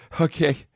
okay